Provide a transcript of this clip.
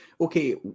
Okay